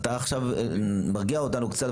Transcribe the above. אתה מרגיע אותנו קצת,